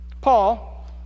Paul